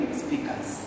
speakers